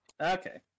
okay